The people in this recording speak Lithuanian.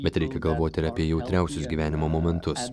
bet reikia galvoti ir apie jautriausius gyvenimo momentus